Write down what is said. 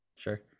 Sure